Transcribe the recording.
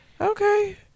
okay